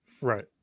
right